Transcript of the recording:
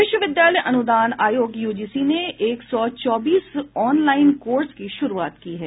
विश्वविद्यालय अनुदान आयोग यूजीसी ने एक सौ चौबीस ऑनलाईन कोर्स की शुरूआत की है